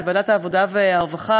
בוועדת העבודה והרווחה,